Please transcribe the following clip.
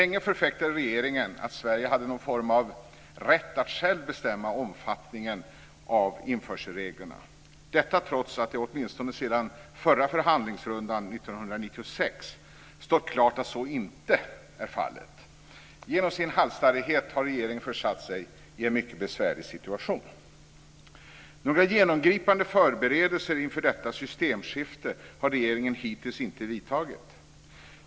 Länge förfäktade regeringen att Sverige hade någon form av rätt att själv bestämma omfattningen av införselreglerna - detta trots att det åtminstone sedan den förra förhandlingsrundan 1996 stått klart att så inte är fallet. Genom sin halsstarrighet har regeringen försatt sig i en mycket besvärlig situation. Några genomgripande förberedelser inför detta systemskifte har regeringen hittills inte vidtagit.